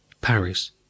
Paris